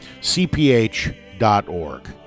cph.org